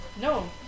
No